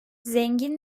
zengin